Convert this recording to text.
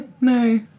no